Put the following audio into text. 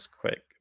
quick